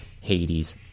Hades